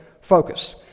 focus